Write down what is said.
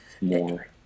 more